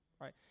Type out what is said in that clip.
right